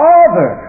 Father